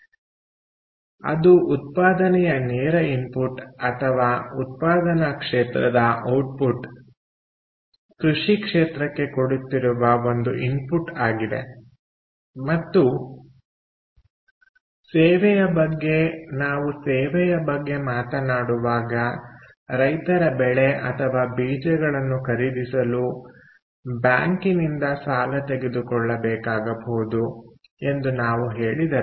ಆದ್ದರಿಂದ ಅದು ಉತ್ಪಾದನೆಯ ನೇರ ಇನ್ಪುಟ್ ಅಥವಾ ಉತ್ಪಾದನಾ ಕ್ಷೇತ್ರದ ಔಟ್ಪುಟ್ ಕೃಷಿ ಕ್ಷೇತ್ರಕ್ಕೆ ಕೊಡುತ್ತಿರುವ ಒಂದು ಇನ್ಪುಟ್ ಆಗಿದೆ ಮತ್ತು ಸೇವೆಯ ಬಗ್ಗೆ ನಾವು ಸೇವೆಯ ಬಗ್ಗೆ ಮಾತನಾಡುವಾಗ ರೈತ ಬೆಳೆ ಅಥವಾ ಬೀಜಗಳನ್ನು ಖರೀದಿಸಲು ಬ್ಯಾಂಕಿನಿಂದ ಸಾಲ ತೆಗೆದುಕೊಳ್ಳಬೇಕಾಗಬಹುದು ಎಂದು ನಾವು ಹೇಳಿದರೆ